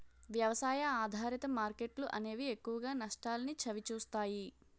వ్యవసాయ ఆధారిత మార్కెట్లు అనేవి ఎక్కువగా నష్టాల్ని చవిచూస్తాయి